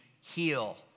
heal